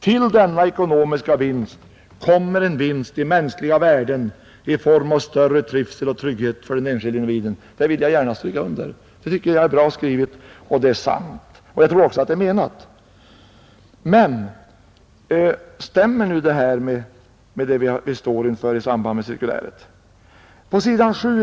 Till denna ekonomiska vinst kommer en vinst i mänskliga värden i form av större trivsel och trygghet för den enskilde individen.” Jag vill här gärna stryka under detta. Jag tycker det är bra — och sant! Jag tror också att man verkligen menar vad man skriver. Men stämmer nu detta med vad vi står inför och vad som anges i det cirkulär som jag förut nämnde?